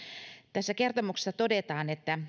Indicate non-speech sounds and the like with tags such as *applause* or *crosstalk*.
tässä kertomuksessa todetaan että *unintelligible*